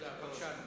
אתה טועה.